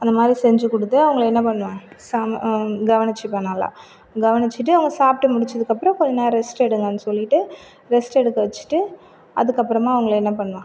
அந்தமாதிரி செஞ்சு கொடுத்து அவங்களை என்ன பண்ணுவேன் சம கவனிச்சிப்பேன் நல்ல கவனிச்சிட்டு அவங்கள் சாப்பிடு முடிச்சதுக்கப்புறம் கொஞ்சம் நேரம் ரெஸ்ட் எடுங்கன்னு சொல்லிட்டு ரெஸ்ட் எடுக்கவச்சிட்டு அதுக்கப்புறமாக அவங்களை என்ன பண்ணலாம்